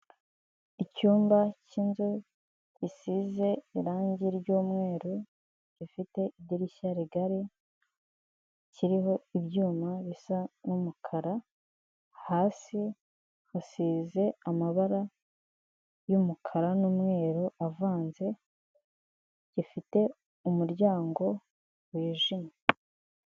Icyumba cy'inzu gisize irangi ry'umweru gifite idirishya rigari, kiriho ibyuma bisa n'umukara, hasi hasize amabara y'umukara n'umweru avanze, gifite umuryango wijimye.